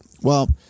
Well-